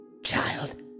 Child